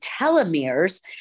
telomeres